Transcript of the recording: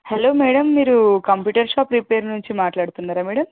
hello madam మీరు computer shop repair నుంచి మాట్లాడుతున్నారా మేడం